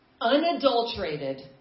unadulterated